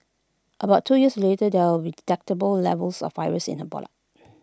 about two years later there were detectable levels of virus in her blood